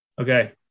okay